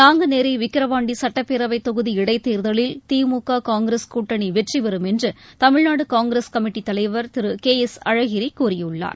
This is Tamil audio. நாங்குநேரி விக்கிரவாண்டி சட்டப்பேரவைத் தொகுதி இடைத் தேர்தலில் திமுக காங்கிரஸ் கூட்டணி வெற்றி பெறும் என்று தமிழ்நாடு காங்கிரஸ் கமிட்டித் தலைவர் திரு கே எஸ் அழகிரி நம்பிக்கை தெரிவித்துள்ளார்